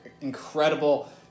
incredible